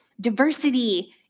diversity